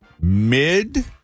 mid